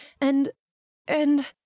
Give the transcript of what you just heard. and—and—